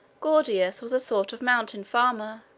gordius was a sort of mountain farmer.